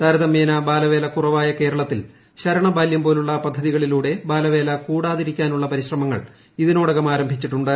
താരരതമ്യേന ബാലവേല കുറവായ കേരളത്തിൽ ശരണബാല്യം പോലുള്ള പദ്ധതികളിലൂടെ ബാലവേല കൂടാതിരിക്കാനുള്ള പരിശ്രമങ്ങൾ ഇതിനോടകം ആരംഭിച്ചിട്ടുണ്ട്